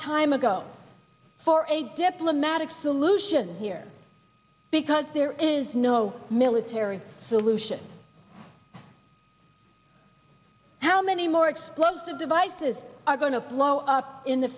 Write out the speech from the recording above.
time ago for a diplomatic solution here because there is no military solution how many more explosive devices are going to blow up in the